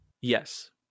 Yes